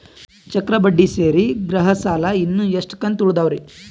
ಚಕ್ರ ಬಡ್ಡಿ ಸೇರಿ ಗೃಹ ಸಾಲ ಇನ್ನು ಎಷ್ಟ ಕಂತ ಉಳಿದಾವರಿ?